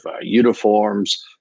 uniforms